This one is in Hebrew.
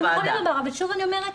--- שוב אני אומרת,